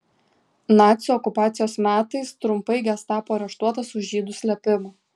nacių okupacijos metais trumpai gestapo areštuotas už žydų slėpimą